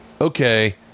okay